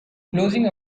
closing